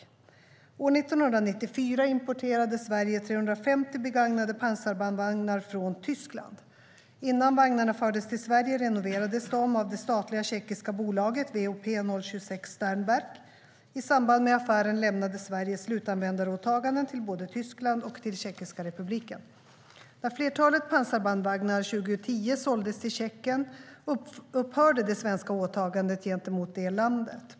Svar på interpellationer År 1994 importerade Sverige 350 begagnade pansarbandvagnar från Tyskland. Innan vagnarna fördes till Sverige renoverades de av det statliga tjeckiska bolaget VOP 026 Sternberk. I samband med affären lämnade Sverige slutanvändaråtaganden till både Tyskland och Republiken Tjeckien. När flertalet pansarbandvagnar 2010 såldes till Tjeckien upphörde det svenska åtagandet gentemot det landet.